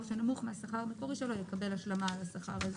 שנמוך מן השכר המקורי שלו יקבל השלמה לשכר הזה